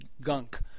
gunk